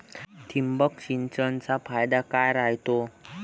ठिबक सिंचनचा फायदा काय राह्यतो?